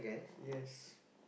yes